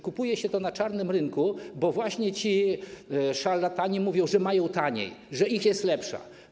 Kupuje się to na czarnym rynku, bo właśnie ci szarlatani mówią, że mają taniej, że ich jest lepsza.